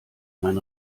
mein